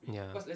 ya